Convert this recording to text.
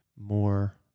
more